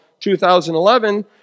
2011